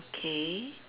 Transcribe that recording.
okay